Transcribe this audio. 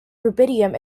rubidium